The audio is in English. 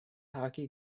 hockey